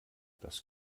das